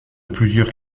plusieurs